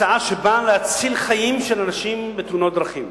הצעה שבאה להציל חיים של אנשים בתאונות דרכים.